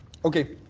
okay.